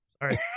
Sorry